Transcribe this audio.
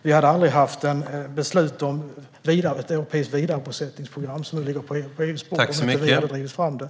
Vi hade aldrig haft det beslut om ett europeiskt vidarebosättningsprogram som nu ligger på EU:s bord om inte Sverige hade drivit fram det.